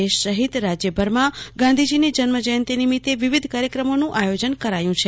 દેશ સહિત રાજયભરમાં ગાંધીજીની જન્મજયંતિ નિમિત્તે વિવિધ કાર્યક્રમો નું આયો જન કરાયું છે